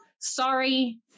Sorry